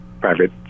private